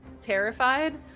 terrified